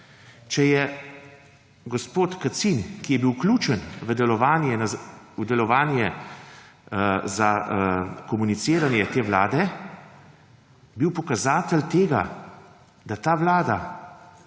Če je gospod Kacin, ki je bil vključen v delovanje za komuniciranje te vlade, bil pokazatelj tega, da ta vlada